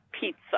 pizza